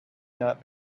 not